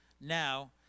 now